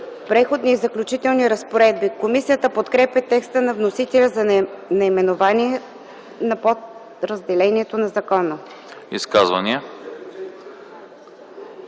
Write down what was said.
„Преходни и заключителните разпоредби.” Комисията подкрепя текста на вносителя за наименованието на подразделението на закона. ПРЕДСЕДАТЕЛ